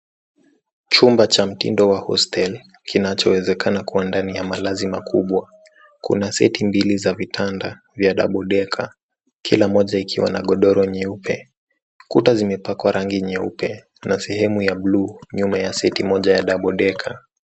Chumba cha mtindo wa hosteli, kinachowezekana kuwa ndani ya malazi makubwa. Kuna seti mbili za vitanda vya dabodeka, kila moja ikiwa na godoro nyeupe. Kuta zimepakwa rangi nyeupe na sehemu ya bluu, nyuma ya seti moja ya dabodeka.